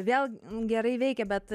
vėl gerai veikia bet